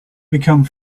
become